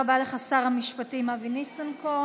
תודה רבה לך, שר המשפטים אבי ניסנקורן.